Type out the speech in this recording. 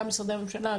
גם משרדי הממשלה,